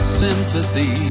sympathy